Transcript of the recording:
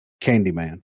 Candyman